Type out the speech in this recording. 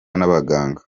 n’abaganga